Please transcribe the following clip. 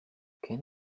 can